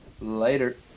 Later